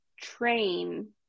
train